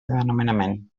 nomenament